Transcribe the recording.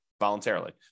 voluntarily